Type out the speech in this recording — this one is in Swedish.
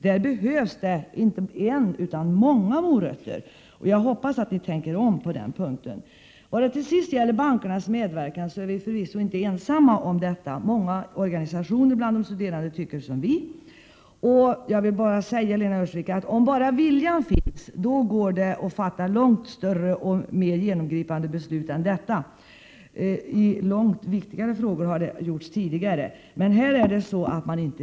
Där behövs det inte en utan många morötter. Jag hoppas att ni tänker om på den punkten. När det till sist gäller bankernas medverkan vill jag säga att vi förvisso inte är ensamma om vår uppfattning. Många organisationer bland de studerande tycker som vi. Jag vill bara säga, Lena Öhrsvik, att om bara viljan finns går det att fatta större och mer genomgripande beslut än detta. Det har gjorts tidigare i långt viktigare frågor. Men här vill man inte!